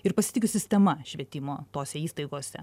ir pasitikiu sistema švietimo tose įstaigose